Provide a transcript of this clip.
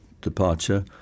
departure